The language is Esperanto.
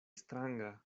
stranga